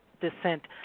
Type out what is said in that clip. descent